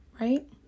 right